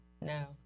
No